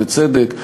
ובצדק,